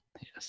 Yes